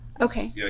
Okay